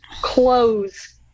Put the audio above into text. close